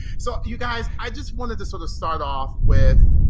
so you guys, i just wanted to sort of start off with,